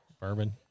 Bourbon